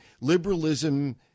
liberalism